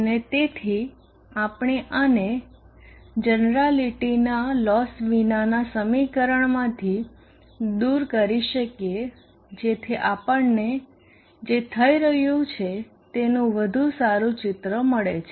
અને તેથી આપણે આને જનેરાલીટીનાં લોસ વિનાના સમીકરણમાંથી દૂર કરી શકીએ જેથી આપણને જે થઈ રહ્યું છે તેનું વધુ સારું ચિત્ર મળે છે